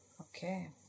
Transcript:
Okay